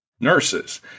Nurses